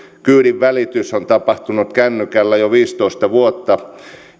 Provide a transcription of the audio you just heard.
kyydin välitys on tapahtunut kännykällä jo viisitoista vuotta